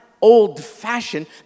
old-fashioned